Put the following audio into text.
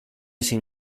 sin